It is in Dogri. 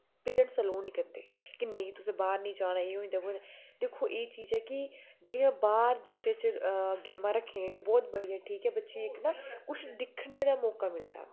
पैरैंटस अलो नेईं करदे कि नेईं तुसें बाहर नेईं जाना एह् होई जंदा ओह् होई जंदा दिक्खो एह् चीज कि जेहडियां बाहर देश च गेमां रक्खी गेदी बहुत बडियां ठीक ऐ बच्चे गी इक ना कुछ दिक्खने दा मौका मिलदा